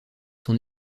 son